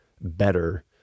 better